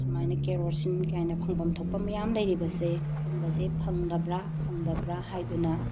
ꯁꯨꯃꯥꯏꯅ ꯀꯦꯔꯣꯁꯤꯟ ꯀꯥꯏꯅ ꯐꯪꯕ ꯊꯣꯛꯄ ꯃꯌꯥꯝ ꯂꯩꯔꯤꯕꯁꯦ ꯁꯨꯝꯕꯁꯦ ꯐꯪꯗꯕ꯭ꯔ ꯐꯪꯗꯕ꯭ꯔ ꯍꯥꯏꯗꯨꯅ